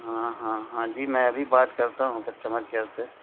ہاں ہاں ہاں جی میں ابھی بات کرتا ہوں کسٹمر کیئر سے